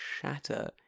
shatter